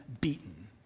beaten